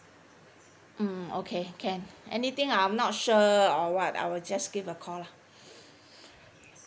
mm okay can anything I'm not sure or what I will just give a call lah